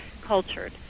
cultured